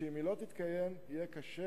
שאם היא לא תתקיים, יהיה קשה